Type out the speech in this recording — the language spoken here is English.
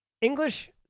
English